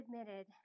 admitted